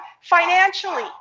financially